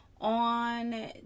on